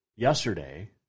Yesterday